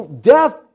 Death